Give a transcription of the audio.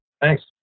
Thanks